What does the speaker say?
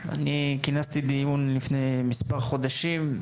כינסתי דיון לפני מספר חודשים,